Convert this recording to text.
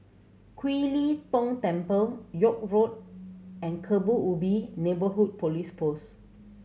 Kiew Lee Tong Temple York Road and Kebun Ubi Neighbourhood Police Post